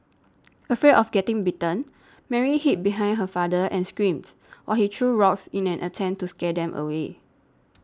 afraid of getting bitten Mary hid behind her father and screamed while he threw rocks in an attempt to scare them away